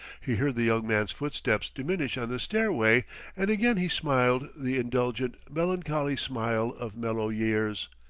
he heard the young man's footsteps diminish on the stairway and again he smiled the indulgent, melancholy smile of mellow years.